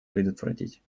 предотвратить